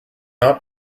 not